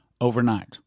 overnight